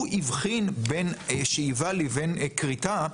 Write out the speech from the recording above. הוא הבחין בין שאיבה לבין כריתה.